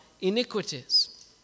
iniquities